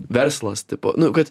verslas tipo nu kad